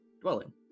dwelling